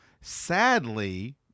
sadly